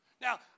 Now